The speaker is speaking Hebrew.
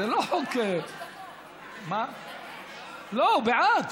זה לא חוק, לא, הוא בעד.